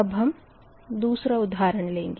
अब हम दूसरा उधारण लेंगे